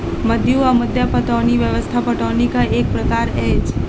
मद्दु वा मद्दा पटौनी व्यवस्था पटौनीक एक प्रकार अछि